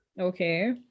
Okay